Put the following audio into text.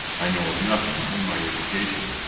i know of nothing, in my education,